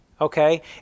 Okay